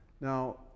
Now